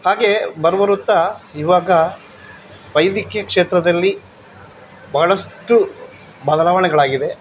ಹಾಗೇ ಬರು ಬರುತ್ತಾ ಇವಾಗ ವೈದ್ಯಕೀಯ ಕ್ಷೇತ್ರದಲ್ಲಿ ಬಹಳಷ್ಟು ಬದಲಾವಣೆಗಳಾಗಿದೆ